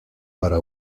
para